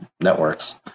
networks